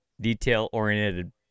Detail-oriented